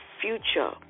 future